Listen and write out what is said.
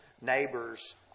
neighbor's